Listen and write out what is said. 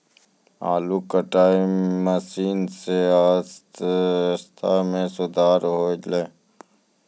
आलू कटाई मसीन सें अर्थव्यवस्था म सुधार हौलय